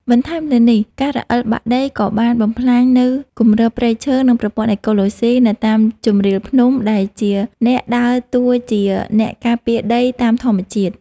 បន្ថែមលើនេះ ការរអិលបាក់ដីក៏បានបំផ្លាញនូវគម្របព្រៃឈើ និងប្រព័ន្ធអេកូឡូស៊ីនៅតាមជម្រាលភ្នំ ដែលជាអ្នកដើរតួជាអ្នកការពារដីតាមធម្មជាតិ។